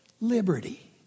Liberty